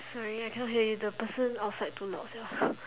sorry I cannot hear you the person outside too loud sia